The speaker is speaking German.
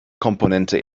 komponente